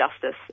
justice